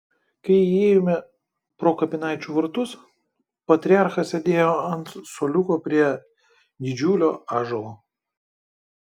kai įėjome pro kapinaičių vartus patriarchas sėdėjo ant suoliuko prie didžiulio ąžuolo